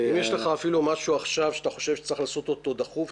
אם יש לך אפילו משהו עכשיו שאתה חושב שצריך לעשות אותו דחוף,